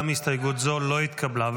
גם הסתייגות זו לא התקבלה.